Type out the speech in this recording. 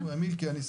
לבריאותיים.